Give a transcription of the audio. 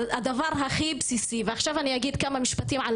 על הדבר הכי בסיסי ועכשיו אני אגיד כמה משפטים על